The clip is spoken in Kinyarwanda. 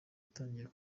atangiye